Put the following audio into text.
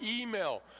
email